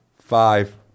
five